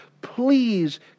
Please